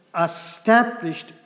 established